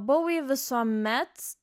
bouvi visuomet